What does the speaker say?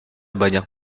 banyak